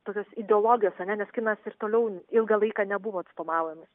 tokios ideologijos ar ne nes kinas ir toliau ilgą laiką nebuvo atstovaujamas